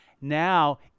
Now